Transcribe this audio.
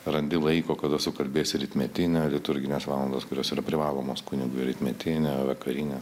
randi laiko kada sukalbėis rytmetinę liturginės valandos kurios yra privalomos kunigui rytmetinė vakarinė